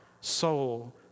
soul